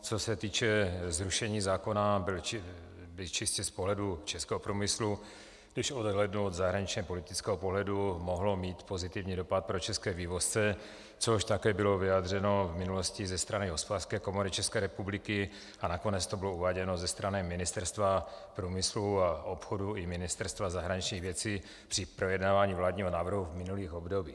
Co se týče zrušení zákona, by čistě z pohledu českého průmyslu, když odhlédnu od zahraničněpolitického pohledu, mohl mít pozitivní dopad pro české vývozce, což také bylo vyjádřeno v minulosti ze strany Hospodářské komory České republiky a nakonec to bylo uváděno ze strany Ministerstva průmyslu a obchodu i Ministerstva zahraničních věcí při projednávání vládního návrhu v minulých obdobích.